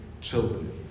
children